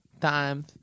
times